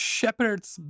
Shepherd's